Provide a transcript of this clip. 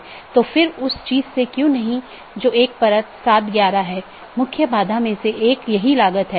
अगर हम BGP घटकों को देखते हैं तो हम देखते हैं कि क्या यह ऑटॉनमस सिस्टम AS1 AS2 इत्यादि हैं